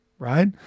Right